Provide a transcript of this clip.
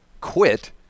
quit